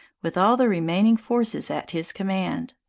with all the remaining forces at his command.